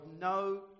no